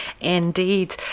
indeed